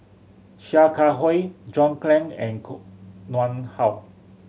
Sia Kah Hui John Clang and Koh Nguang How